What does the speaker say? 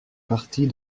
partie